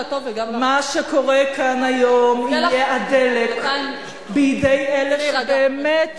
שקורה כאן היום יהיה הדלק בידי אלה שבאמת